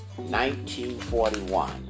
1941